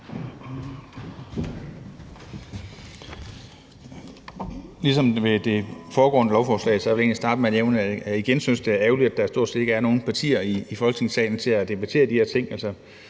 Ligesom ved det foregående lovforslag vil jeg starte med at nævne, at jeg igen synes, det er ærgerligt, at der stort set ikke er nogen partier i Folketingssalen til at debattere de her ting.